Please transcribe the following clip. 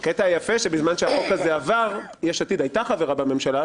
הקטע היפה הוא שבזמן שהחוק הזה עבר יש עתיד הייתה חברה בממשלה,